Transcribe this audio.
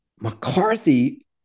McCarthy